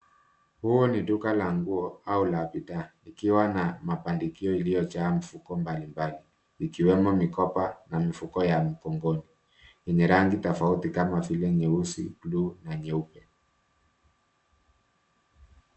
Huu ni duka la nguo au la bidhaa ikiwa na mabandikio yaliyojaa mifuko mbalimbali ikiwemo mikopa na mifuko mgongoni yenye rangi tofauti kama vile nyeusi, buluu na nyeupe.